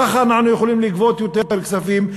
ככה אנחנו יכולים לגבות יותר כספים,